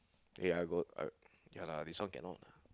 eh I got I ya lah this one cannot